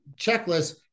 checklist